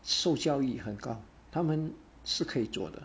受教育很高他们是可以做的